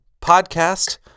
Podcast